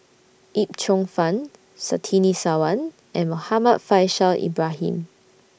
Yip Cheong Fun Surtini Sarwan and Muhammad Faishal Ibrahim